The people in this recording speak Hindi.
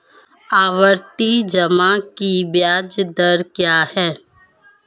आवर्ती जमा की ब्याज दर क्या है?